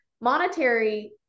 monetary